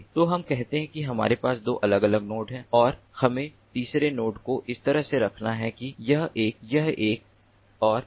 तो हम कहते हैं कि हमारे पास दो अलग अलग नोड्स हैं और हमें तीसरे नोड को इस तरह से रखना है कि यह एक यह एक और यह एक ही है